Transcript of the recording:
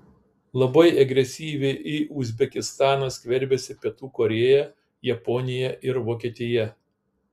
labai agresyviai į uzbekistaną skverbiasi pietų korėja japonija ir vokietija